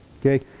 Okay